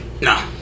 No